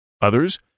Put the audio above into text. Others